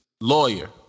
lawyer